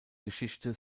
geschichte